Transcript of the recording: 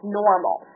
normal